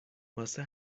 واسه